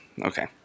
okay